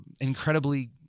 incredibly